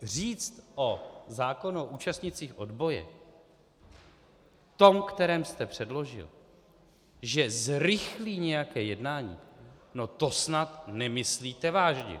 Říct o zákonu účastnících odboje tom, který jste předložil, že zrychlí nějaké jednání, no to snad nemyslíte vážně!